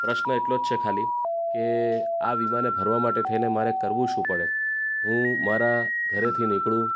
પ્રશ્ન એટલો જ છે ખાલી કે આ વીમાને ભરવા માટે થઈને મારે કરવું શું પડે હું મારા ઘરેથી નીકળું